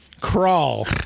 Crawl